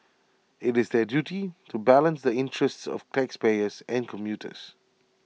IT is their duty to balance the interests of taxpayers and commuters